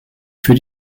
für